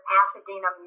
Pasadena